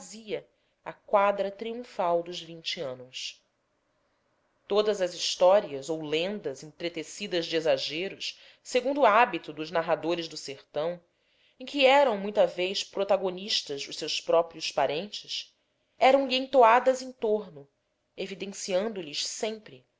e desaparecer vazia a quadra triunfal dos vinte anos todas as histórias ou lendas entretecidas de exageros segundo o hábito dos narradores do sertão em que eram muita vez protagonistas os seus próprios parentes eram-lhe entoadas em torno evidenciando lhes sempre